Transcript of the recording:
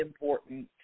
important